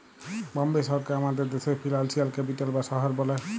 বম্বে শহরকে আমাদের দ্যাশের ফিল্যালসিয়াল ক্যাপিটাল বা শহর ব্যলে